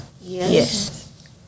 Yes